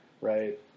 Right